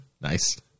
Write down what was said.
Nice